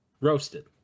Roasted